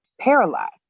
paralyzed